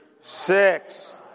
six